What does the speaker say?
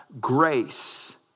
grace